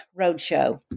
Roadshow